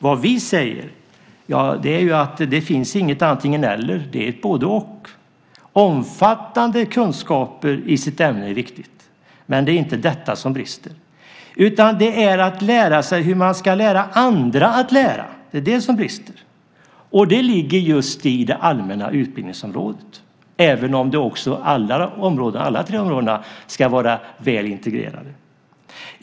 Vad vi säger är att det inte finns ett antingen-eller, det är ett både-och. Det är viktigt att ha omfattande kunskaper i sitt ämne. Men det är inte det som brister. Utan det som brister handlar om att lära sig hur man ska lära andra att lära. Och det ligger just inom det allmänna utbildningsområdet, även om alla tre områden ska vara väl integrerade.